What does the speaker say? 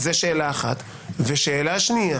ושנית,